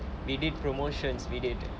we did promotions we did